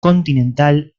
continental